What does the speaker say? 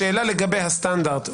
השאלה לגבי הסטנדרט,